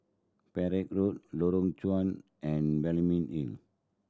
Perak Road Lorong Chuan and Balmeg ill